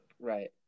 right